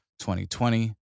2020